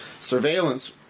surveillance